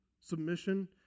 Submission